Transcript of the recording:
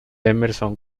emerson